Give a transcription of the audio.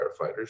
firefighters